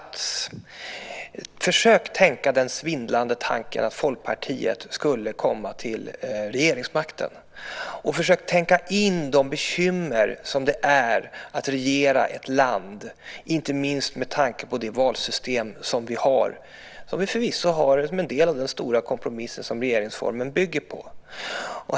Försök tänka den svindlande tanken att Folkpartiet skulle komma till regeringsmakten och försök tänka in de bekymmer som det är att regera ett land, inte minst med tanke på det valsystem som vi har. Det är förvisso en del av den stora kompromiss som regeringsformen bygger på.